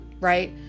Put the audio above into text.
right